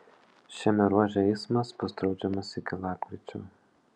šiame ruože eismas bus draudžiamas iki lapkričio